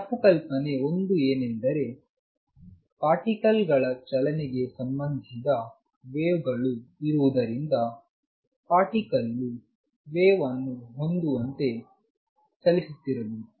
ತಪ್ಪು ಕಲ್ಪನೆ 1 ಏನೆಂದರೆ ಪಾರ್ಟಿಕಲ್ಗಳ ಚಲನೆಗೆ ಸಂಬಂಧಿಸಿದ ವೇವ್ಗಳು ಇರುವುದರಿಂದ ಪಾರ್ಟಿಕಲ್ ವು ವೇವ್ ಅನ್ನು ಹೊಂದಿರುವಂತೆ ಚಲಿಸುತ್ತಿರಬೇಕು